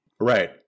Right